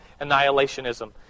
annihilationism